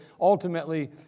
ultimately